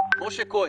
משה כהן,